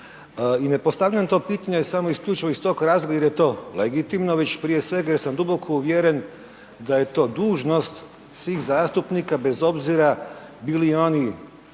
i ne postavljam to pitanje samo isključivo iz tog razloga jer je to legitimno već prije svega, jer sam duboko uvjeren da je to dužnost svih zastupnika bez obzira bili oni